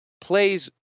plays